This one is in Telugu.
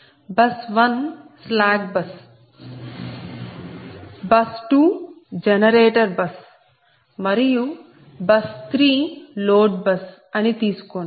bus 1 slack bus bus 2 generator bus మరియు బస్ 3 లోడ్ బస్ అని తీసుకోండి